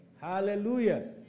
Hallelujah